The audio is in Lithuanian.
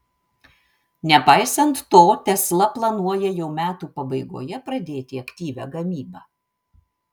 nepaisant to tesla planuoja jau metų pabaigoje pradėti aktyvią gamybą